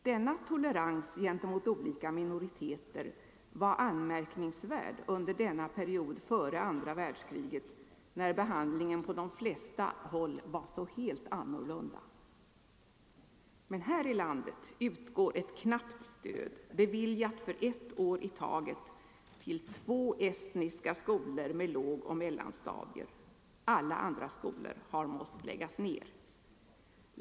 Denna tolerans gentemot olika minoriteter var anmärkningsvärd under denna period före andra världskriget när behandlingen på de flesta håll var så helt annorlunda. Men här i landet utgår ett knappt stöd, beviljat för ett år i taget, till två estniska skolor med lågoch mellanstadier. Alla andra skolor har måst läggas ner.